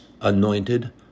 anointed